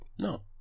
No